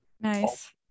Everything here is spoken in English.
Nice